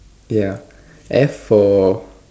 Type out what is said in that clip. ya F for